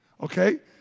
Okay